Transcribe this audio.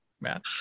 Matt